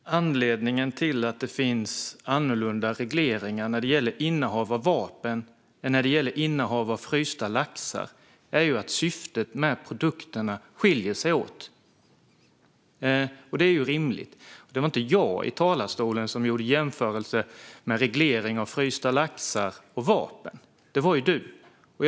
Fru talman! Anledningen till att regleringarna är annorlunda när det gäller innehav av vapen än innehav av frysta laxar är ju att syftet med produkterna skiljer sig åt. Och det är ju rimligt. Det var inte jag som i talarstolen gjorde jämförelsen mellan reglering av frysta laxar och regleringen av vapen. Det var Joar Forssell.